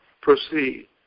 proceed